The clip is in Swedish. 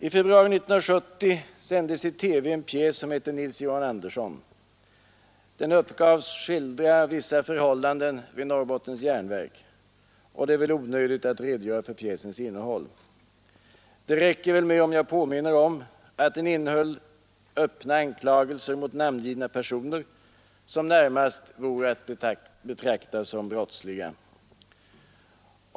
I februari 1970 sändes i TV en pjäs som hette ”Nils Johan Andersson”. Den uppgavs skildra vissa förhållanden vid Norrbottens järnverk, och det är väl onödigt att redogöra för pjäsens innehåll. Det räcker väl med att jag påminner om att den innehöll öppna anklagelser mot namngivna personer som närmast vore att betraktas som brottsliga.